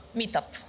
meetup